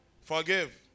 Forgive